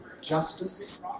justice